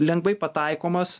lengvai pataikomas